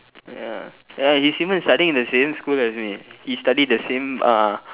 ya ya he's even studying in the same school as me he study the same uh